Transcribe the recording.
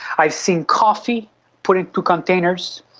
i've seen coffee put into containers,